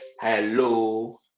Hello